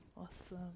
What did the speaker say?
awesome